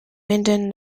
minden